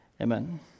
Amen